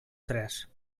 tres